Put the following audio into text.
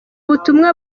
butumwa